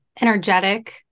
energetic